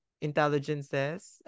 intelligences